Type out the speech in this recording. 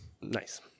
Nice